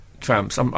tramps